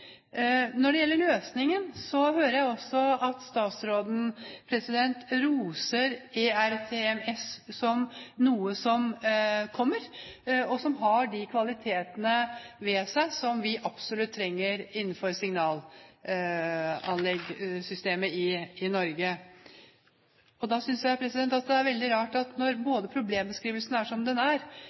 Når det gjelder løsningen, hører jeg også at statsråden roser ERTMS som noe som kommer, og som har de kvalitetene ved seg som vi absolutt trenger innenfor signalanleggsystemet i Norge. Da synes jeg det er veldig rart når problembeskrivelsen er som den er,